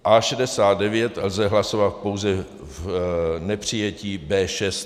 A69 lze hlasovat pouze v nepřijetí B6.